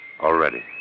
Already